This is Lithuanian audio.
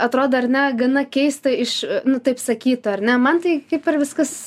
atrodo ar ne gana keista iš nu taip sakytų ar ne man tai kaip ir viskas